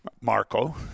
Marco